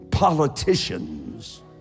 politicians